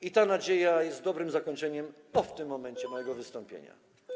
I ta nadzieja jest dobrym zakończeniem, o, w tym momencie, mojego wystąpienia.